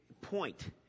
point